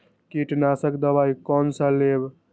कीट नाशक दवाई कोन सा लेब?